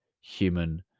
human